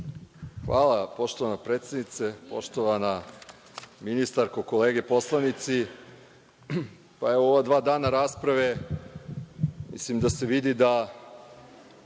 Hvala, poštovana predsednice. Poštovana ministarka, kolege poslanici, u ova dva dana rasprave mislim da se vidi da